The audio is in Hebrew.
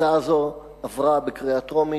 הצעה זו עברה בקריאה טרומית,